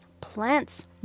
plants